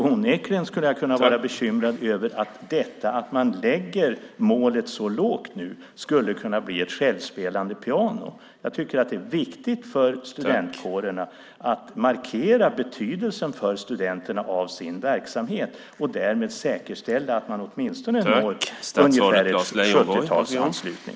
Onekligen skulle jag kunna vara bekymrad över att detta att man lägger målet så lågt skulle kunna bli ett självspelande piano. Jag tycker att det är viktigt för studentkårerna att markera betydelsen för studenterna av sin verksamhet och därmed säkerställa att man åtminstone får ungefär 70 procents anslutning.